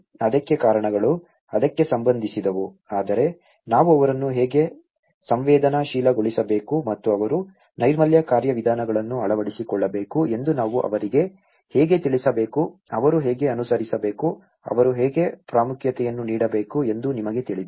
ಅದಕ್ಕೆ ಕಾರಣಗಳು ಅದಕ್ಕೆ ಸಂಬಂಧಿಸಿದವು ಆದರೆ ನಾವು ಅವರನ್ನು ಹೇಗೆ ಸಂವೇದನಾಶೀಲಗೊಳಿಸಬೇಕು ಮತ್ತು ಅವರು ನೈರ್ಮಲ್ಯ ಕಾರ್ಯವಿಧಾನಗಳನ್ನು ಅಳವಡಿಸಿಕೊಳ್ಳಬೇಕು ಎಂದು ನಾವು ಅವರಿಗೆ ಹೇಗೆ ತಿಳಿಸಬೇಕು ಅವರು ಹೇಗೆ ಅನುಸರಿಸಬೇಕು ಅವರು ಹೇಗೆ ಪ್ರಾಮುಖ್ಯತೆಯನ್ನು ನೀಡಬೇಕು ಎಂದು ನಿಮಗೆ ತಿಳಿದಿದೆ